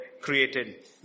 created